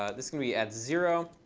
ah this can be at zero.